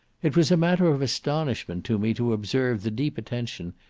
it was matter of astonishment to me to observe the deep attention,